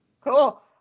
cool